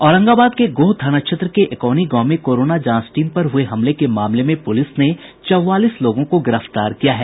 औरंगाबाद के गोह थाना क्षेत्र के एकौनी गांव में कोरोना जांच टीम पर हुए हमले के मामले में पुलिस ने चौवालीस लोगों को गिरफ्तार किया है